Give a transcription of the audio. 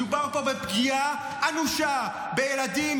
מדובר פה בפגיעה אנושה בילדים,